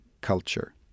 culture